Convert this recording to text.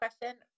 question